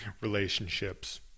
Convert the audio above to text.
relationships